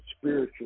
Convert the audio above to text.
spiritual